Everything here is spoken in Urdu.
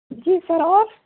جی سر اور